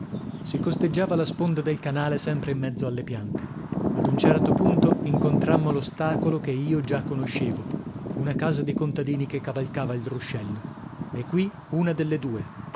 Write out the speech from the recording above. si costeggiava la sponda del canale sempre in mezzo alle piante ad un certo punto incontrammo l'ostacolo che io già conoscevo una casa di contadini che cavalcava il ruscello e qui una delle due